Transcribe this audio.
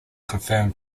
confirmed